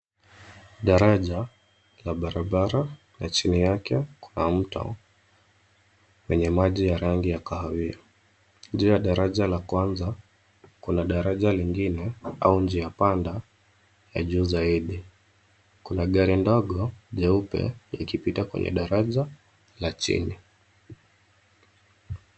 Daraja la barabara na chini yake kuna mto wenye maji ya rangi ya kahawia. Juu ya daraja la kwanza kuna daraja lingine au njia panda ya juu zaidi. Kuna gari dogo nyeupe likipita kwenye daraja la chini.